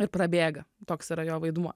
ir prabėga toks yra jo vaidmuo